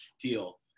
deal